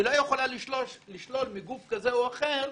היא לא יכולה לשלול מגוף כזה או אחר,